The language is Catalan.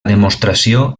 demostració